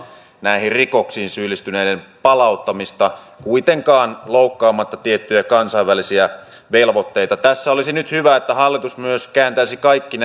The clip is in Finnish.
näihin rikoksiin syyllistyneiden palauttamista kuitenkaan loukkaamatta tiettyjä kansainvälisiä velvoitteita tässä olisi nyt hyvä että hallitus myös kääntäisi kaikki